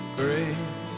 great